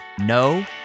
No